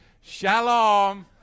Shalom